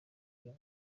k’uyu